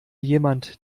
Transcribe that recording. jemand